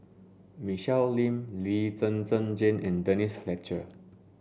Michelle Lim Lee Zhen Zhen Jane and Denise Fletcher